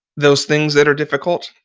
those things that are difficult.